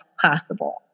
possible